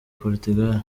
portugal